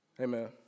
Amen